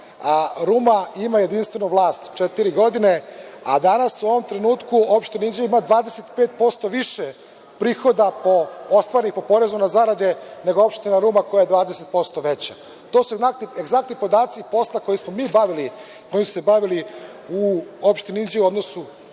a Ruma ima jedinstvenu vlast četiri godine. Danas, u ovom trenutku, opština Inđija ima 25% više prihoda ostvarenih po porezu na zarade, nego opština Ruma koja je 20% veća. To su egzaktni podaci posla koji smo se mi bavili u opštini Inđija u odnosu